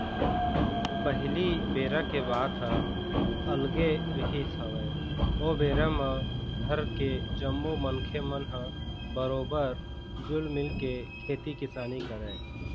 पहिली बेरा के बात ह अलगे रिहिस हवय ओ बेरा म घर के जम्मो मनखे मन ह बरोबर जुल मिलके खेती किसानी करय